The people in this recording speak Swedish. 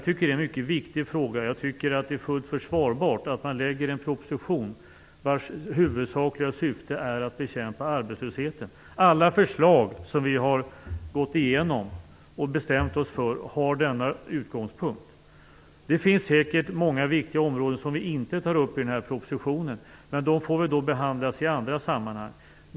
Det är en mycket viktig fråga, och jag tycker att det är fullt försvarbart att lägga fram en proposition vars huvudsakliga syfte är att bekämpa arbetslösheten. Alla förslag som vi gått igenom och bestämt oss för har denna utgångspunkt. Det finns säkert många viktiga områden som vi inte tar upp i den här propositionen, men de får behandlas i andra sammanhang.